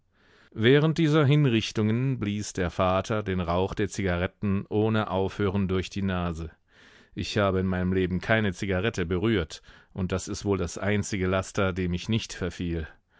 während dieser hinrichtungen blies der vater den rauch der zigaretten ohne aufhören durch die nase ich habe in meinem leben keine zigarette berührt und das ist wohl das einzige laster dem ich nicht verfiel